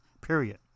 Period